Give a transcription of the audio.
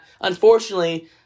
unfortunately